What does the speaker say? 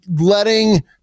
letting